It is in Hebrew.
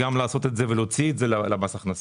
גם לעשות את זה ולהוציא את זה למס הכנסה.